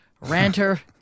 ranter